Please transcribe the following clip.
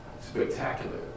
spectacular